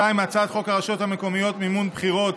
2. הצעת חוק הרשויות המקומיות (מימון בחירות)